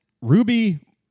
Ruby